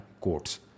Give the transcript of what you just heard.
courts